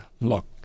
look